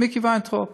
מיקי וינטראוב,